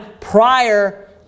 prior